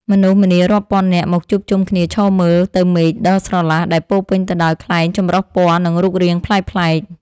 មនុស្សម្នារាប់ពាន់នាក់មកជួបជុំគ្នាឈរមើលទៅមេឃដ៏ស្រឡះ ដែលពេញទៅដោយខ្លែងចម្រុះពណ៌ និងរូបរាងប្លែកៗ។